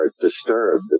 disturbed